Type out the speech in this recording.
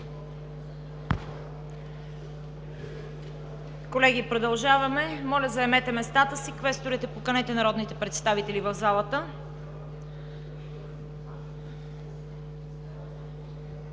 Колеги, продължаваме. Моля, заемете местата си. Квесторите, поканете народните представители в залата.